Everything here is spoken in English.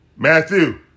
Matthew